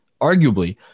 arguably